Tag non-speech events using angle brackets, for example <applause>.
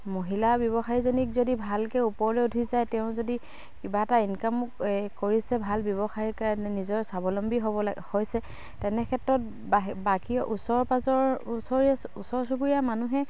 মহিলা ব্যৱসায়ীজনীক যদি ভালকে ওপৰলৈ উঠি যায় তেওঁ যদি কিবা এটা ইনকামো কৰিছে ভাল ব্যৱসায়ী কাৰণে নিজৰ স্বাৱলম্বী <unintelligible> হৈছে তেনে ক্ষেত্ৰত ব বাকী ওচৰ পাঁজৰ ওচৰ ওচৰ চুবুৰীয়া মানুহে